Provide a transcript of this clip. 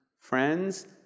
friends